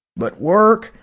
but work!